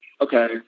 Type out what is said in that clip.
okay